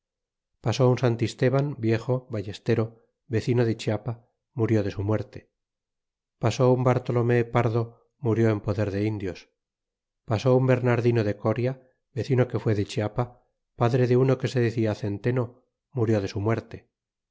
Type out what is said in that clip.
pasó un santisteban viejo ballestero vecino de chiapa murió de su muerte pasó un bartolomé pardo murió en poder de indios pasó un bernardino de coria vecino que fué de chiapa padre de uno que se decia centeno murió de su muerte